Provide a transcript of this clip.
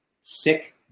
sick